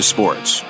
Sports